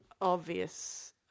obvious